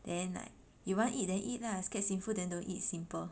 then like you want eat then eat lah scared sinful then don't eat simple